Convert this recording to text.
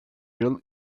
yıl